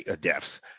deaths